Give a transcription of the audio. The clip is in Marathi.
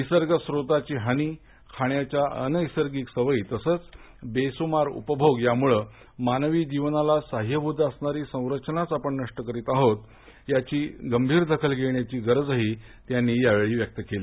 निसर्ग स्त्रोताची हानी आणि खाण्याच्या अनैसर्गिक सवयी बेसुमार उपभोग यामुळ मानवी जीवनाला सहायभूत असणारी संरचानच आपण नष्ट करित आहोत याची दखल घेण्याची गरजही त्यांनी व्यक्त केली